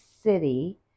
city